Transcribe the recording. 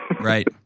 Right